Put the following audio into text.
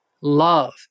love